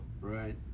Right